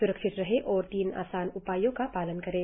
स्रक्षित रहें और तीन आसान उपायों का पालन करें